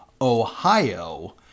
Ohio